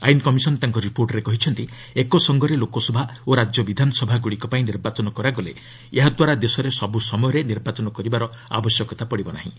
ଆଇନ୍ କମିଶନ ତାଙ୍କ ରିପୋର୍ଟରେ କହିଛନ୍ତି ଏକସଙ୍ଗରେ ଲୋକସଭା ଓ ରାଜ୍ୟ ବିଧାନସଭାଗ୍ରଡ଼ିକ ପାଇଁ ନିର୍ବାଚନ କରାଗଲେ ଏହାଦ୍ୱାରା ଦେଶରେ ସବୁସମୟରେ ନିର୍ବାଚନ କରିବାର ଆବଶ୍ୟକତା ପଡ଼ିବ ନାହିଁ